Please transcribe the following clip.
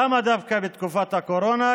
למה דווקא בתקופת הקורונה?